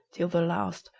till the last,